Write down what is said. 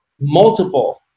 multiple